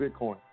Bitcoin